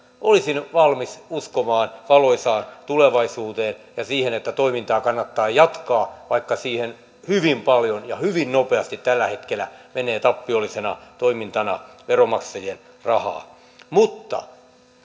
olisin valmis uskomaan valoisaan tulevaisuuteen ja siihen että toimintaa kannattaa jatkaa vaikka siihen hyvin paljon ja hyvin nopeasti tällä hetkellä menee tappiollisena toimintana veronmaksajien rahaa mutta